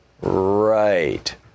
Right